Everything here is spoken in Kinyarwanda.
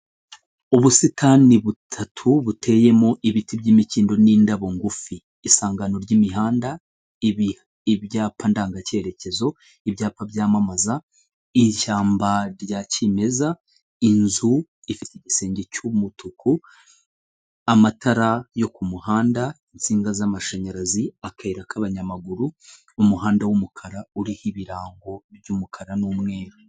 Ubusitani butatu buteyemo ibiti by'imikindo n'indabo ngufi isangano ry'imihanda ibi ibyapa ndanga cyerekezo, ibyapa byamamaza ishyamba rya kimeza, inzu ifite igisenge cy'umutuku, amatara yo ku muhanda, insinga z'amashanyarazi, akayira k'abanyamaguru, umuhanda w'umukara uriho ibirango by'umukara n'umweru.